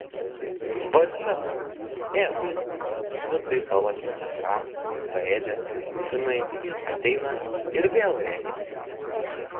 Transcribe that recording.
va čia tau ėsk nu tai palakė ten ką paėdė žinai ateina ir vėl rėkia